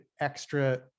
extra